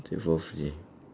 take for free ya